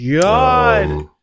God